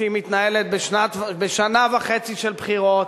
את עוד מעט מדברת.